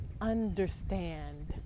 Understand